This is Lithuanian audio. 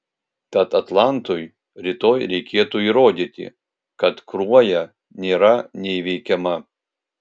tad atlantui rytoj reikėtų įrodyti kad kruoja nėra neįveikiama